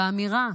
באמירה,